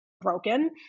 Broken